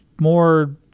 More